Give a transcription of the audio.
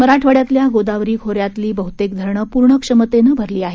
मराठवाड्यातल्या गोदावरी खोऱ्यातली बहुतेक धरणं पूर्ण क्षमतेनं भरली आहेत